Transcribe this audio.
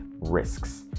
risks